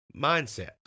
mindset